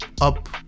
up